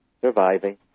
Surviving